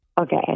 Okay